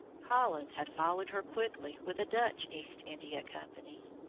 holland had followed her quickly with a dutch east india company.